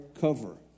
cover